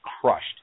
crushed